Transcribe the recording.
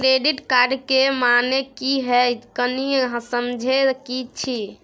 Credit card के माने की हैं, कनी समझे कि छि?